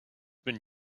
been